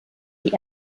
die